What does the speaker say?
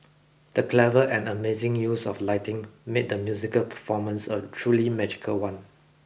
the clever and amazing use of lighting made the musical performance a truly magical one